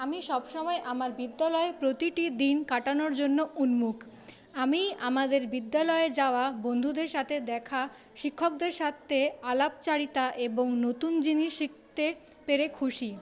আমি সবসময় আমার বিদ্যালয়ের প্রতিটি দিন কাটানোর জন্য উন্মুখ আমি আমাদের বিদ্যালয়ে যাওয়া বন্ধুদের সাথে দেখা শিক্ষকদের সাথে আলাপচারিতা এবং নতুন জিনিস শিখতে পেরে খুশি